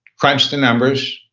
crunch the numbers,